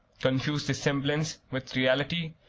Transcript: confuse the semblance with reality,